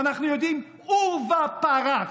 ואנחנו יודעים, עורבא פרח,